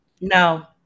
No